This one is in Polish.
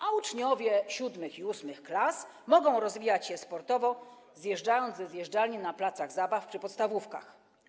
A uczniowie VII i VIII klas mogą rozwijać się sportowo, zjeżdżając ze zjeżdżalni na placach zabaw przy podstawówkach.